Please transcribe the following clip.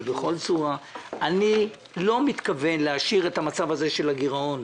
אני לא מתכוון לאשר את המצב הזה של הגירעון,